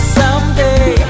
someday